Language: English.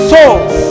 Souls